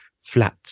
flat